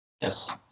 Yes